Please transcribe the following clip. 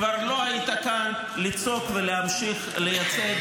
כבר לא היית כאן לצעוק ולהמשיך לייצג,